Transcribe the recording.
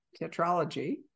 tetralogy